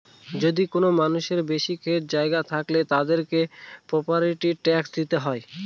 যদি কোনো মানুষের বেশি ক্ষেত জায়গা থাকলে, তাদেরকে প্রপার্টি ট্যাক্স দিতে হয়